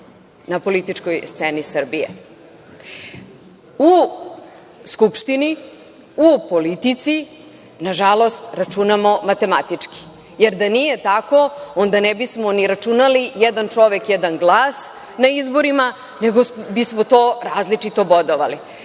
na političkoj sceni Srbije.U Skupštini, u politici, nažalost, računamo matematički. Da nije tako, onda ne bismo ni računali jedan čovek – jedan glas na izborima, nego bismo to različito bodovali.